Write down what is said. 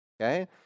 okay